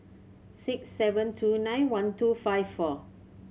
six seven two nine one two five four